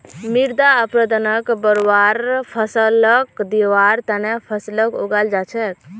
मृदा अपरदनक बढ़वार फ़सलक दिबार त न फसलक उगाल जा छेक